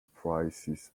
prices